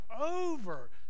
over